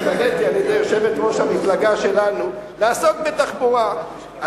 התמניתי על-ידי יושבת-ראש המפלגה שלנו לעסוק בתחבורה,